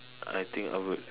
I think I would